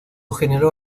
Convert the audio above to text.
generó